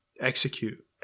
execute